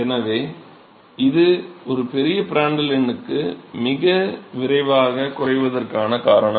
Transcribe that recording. எனவே இது ஒரு பெரிய பிராண்டல் எண்ணுக்கு மிக விரைவாக குறைவதற்குக் காரணம்